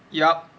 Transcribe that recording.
yup